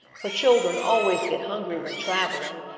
for children always get hungry when traveling,